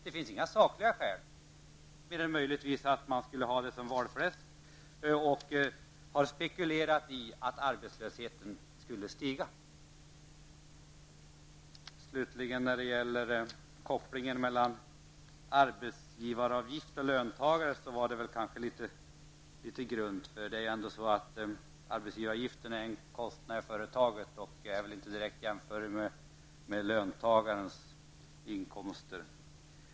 Det finns inga sakliga skäl för det, mer än att man möjligen vill ha detta som valfläsk och har spekulerat i att arbetslösheten skulle öka. Det Roland Sundgren sade om kopplingen mellan arbetsgivaravgifter och löntagare var litet väl grunt. Arbetsgivaravgiften är ju en kostnad i företaget och är inte direkt jämförbar med löntagarnas inkomster.